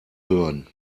hören